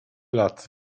lat